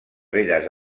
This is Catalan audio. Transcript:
belles